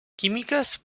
químiques